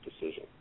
decision